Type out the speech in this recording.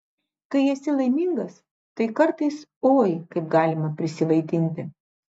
kai esi laimingas tai kartais oi kaip galima prisivaidinti